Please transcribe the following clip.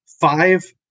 five